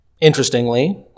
Interestingly